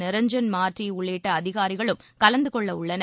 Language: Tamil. நிரஞ்ஜன் மார்டி உள்ளிட்ட அதிகாரிகளும் கலந்து கொள்ளவுள்ளனர்